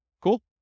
Cool